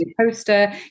poster